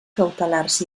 cautelars